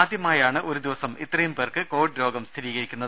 ആദ്യമായാണ് ഒരു ദിവസം ഇത്രയുപേർക്ക് കോവിഡ് രോഗം സ്ഥിരീകരിക്കുന്നത്